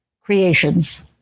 creations